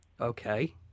Okay